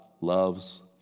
loves